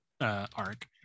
arc